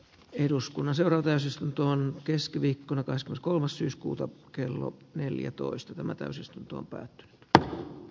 eduskunnan seuraa täysistuntoon keskiviikkona taas kolmas syyskuuta kello neljätoista tämä täysistunto päättyi aikaisemminkin paneuduttu